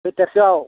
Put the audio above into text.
खयथासोयाव